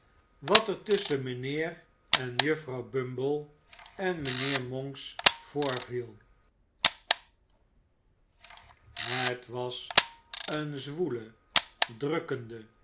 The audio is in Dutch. wat er tusschen mijnheer en juffrouw bumble en mijnheer monks voorviel het was eene zwoele drukkende